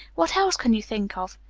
what else can you think of?